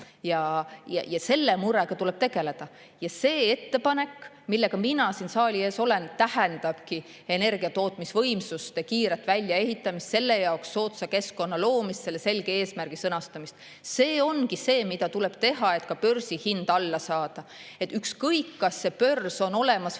ja selle murega tuleb tegeleda. See ettepanek, millega mina siin saali ees olen, tähendabki energiatootmisvõimsuste kiiret väljaehitamist, selle jaoks soodsa keskkonna loomist, selle selge eesmärgi sõnastamist. See ongi see, mida tuleb teha, et ka börsihinda alla saada. Ükskõik, kas börs on olemas või